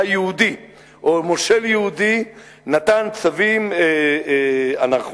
יהודי או מושל יהודי נתן צווים אנכרוניסטיים,